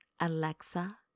Alexa